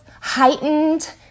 heightened